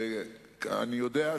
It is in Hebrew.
אם "פרי הגליל",